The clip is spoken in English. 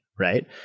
right